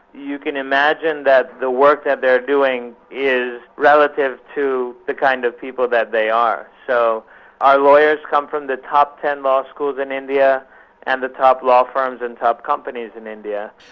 you can imagine that the work that they're doing is relative to the kind of people that they are. so our lawyers come from the top ten law schools in india and the top law firms and the top companies in india.